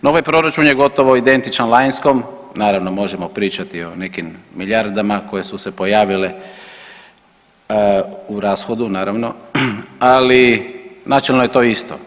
No ovaj proračun je gotovo identičan lanjskom, naravno možemo pričati o nekim milijardama koje su se pojavile u rashodu naravno, ali načelno je to isto.